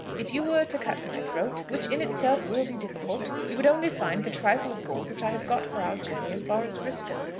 if you were to cut my throat which in itself will be difficult you would only find the trifle of gold which i have got for our journey as far as frisco.